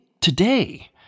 today